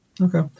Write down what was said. Okay